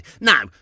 Now